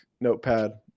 notepad